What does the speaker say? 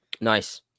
Nice